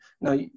Now